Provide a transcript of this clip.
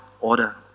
order